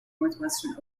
northwestern